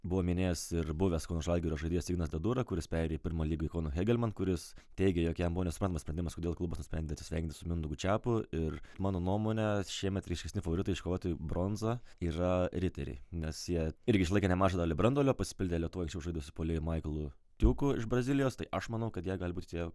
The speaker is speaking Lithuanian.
buvo minėjęs ir buvęs kauno žalgirio žaidėjas ignas dedura kuris perėjo į pirmą lygą į kauno hegelmann kuris teigė jog jam buvo nesuprantamas sprendimas kodėl klubas nusprendė atsisveikinti su mindaugu čepu ir mano nuomone šiemet ryškesni favoritai iškovoti bronzą yra riteriai nes jie irgi išlaikė nemažą dalį branduolio pasipildė lietuvoj anksčiau žaidusiu puolėju maikalu tiuku iš brazilijos tai aš manau kad jie gali būti tie